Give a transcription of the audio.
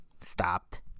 stopped